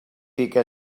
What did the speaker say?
pica